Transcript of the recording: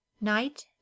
Night